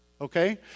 Okay